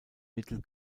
mittel